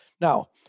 Now